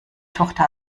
tochter